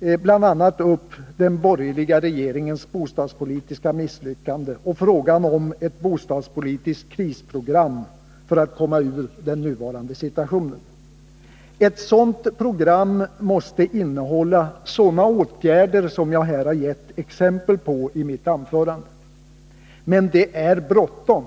bl.a. annat upp den borgerliga regeringens bostadspolitiska misslyckande och frågan om ett bostadspolitiskt krisprogram för att komma ur den nuvarande situationen. Ett sådant program måste innehålla sådana åtgärder som jag här gett exempel på i mitt anförande. Men det är bråttom!